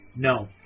No